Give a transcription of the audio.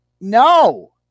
no